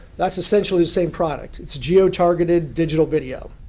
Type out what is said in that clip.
that's essentially the same product. it's a geo-targeted digital video.